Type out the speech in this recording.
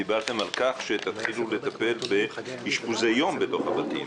ואמרתם שתתחילו לטפל באשפוזי יום בתוך הבתים.